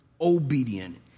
obedient